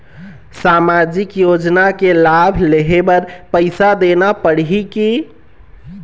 सामाजिक योजना के लाभ लेहे बर पैसा देना पड़ही की?